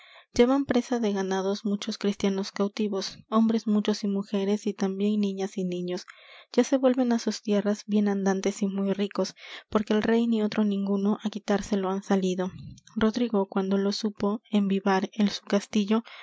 llevan presa de ganados muchos cristianos cautivos hombres muchos y mujeres y también niñas y niños ya se vuelven á sus tierras bien andantes y muy ricos porque el rey ni otro ninguno á quitárselo han salido rodrigo cuando lo supo en vivar el su castillo